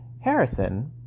Harrison